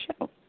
show